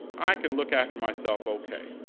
i can look after myself okay.